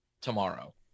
tomorrow